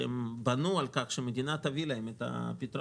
כאשר הם בנו על כך שהמדינה תביא להם את הפתרונות